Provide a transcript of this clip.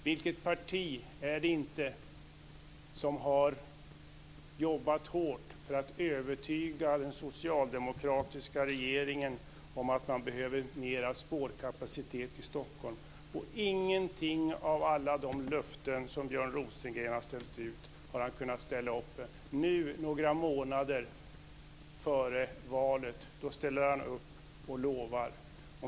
Vilket parti är det som har jobbat hårt för att övertyga den socialdemokratiska regeringen om att man behöver mer spårkapacitet i Stockholm? Inget av alla de löften som Björn Rosengren har ställt ut har han kunnat stå för. Nu, några månader före valet, ställer han upp och lovar.